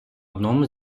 одному